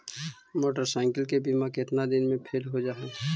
Motorcycle के बिमा केतना दिन मे फेल हो जा है?